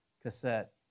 cassette